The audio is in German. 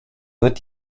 wird